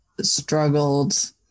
struggled